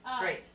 Great